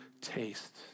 taste